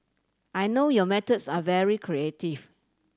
I know your methods are very creative